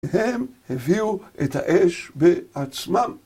הם הביאו את האש בעצמם.